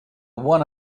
one